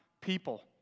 people